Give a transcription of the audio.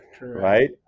right